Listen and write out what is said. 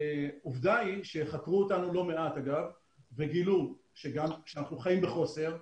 עובדה היא שחקרו אותנו לא מעט וגילו שאנחנו חיים בחוסר.